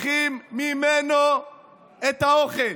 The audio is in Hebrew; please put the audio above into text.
צריכים לשמור על דיון חף מאינטרסים,